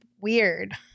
weird